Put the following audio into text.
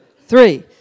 three